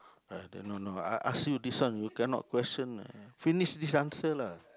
ah the no no I ask you this one you cannot question leh finish this answer lah